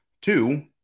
Two